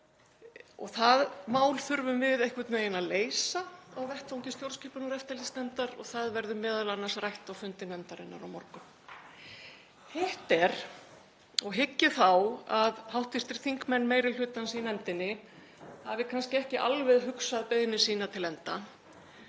Það mál þurfum við einhvern veginn að leysa á vettvangi stjórnskipunar- og eftirlitsnefndar og það verður m.a. rætt á fundi nefndarinnar á morgun. Hitt er, og hygg ég þá að hv. þingmenn meiri hlutans í nefndinni hafi kannski ekki alveg hugsað beiðni sína til enda,